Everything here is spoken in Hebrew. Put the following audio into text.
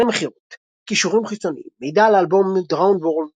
נתוני מכירות קישורים חיצוניים מידע על האלבום Drowned World